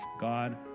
God